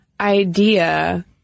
idea